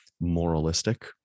moralistic